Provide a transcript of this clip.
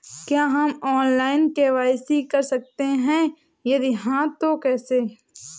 क्या हम online KYC कर सकते हैं यदि हाँ तो कैसे?